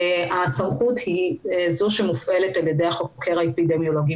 הסמכות היא זו שמופעלת על ידי החוקר האפידמיולוגי.